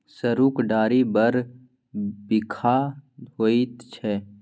सरुक डारि बड़ बिखाह होइत छै